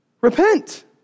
repent